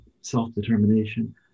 self-determination